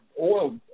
oil